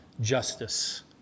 justice